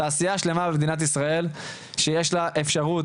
תעשייה שלמה במדינת ישראל שיש לה אפשרות